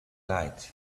light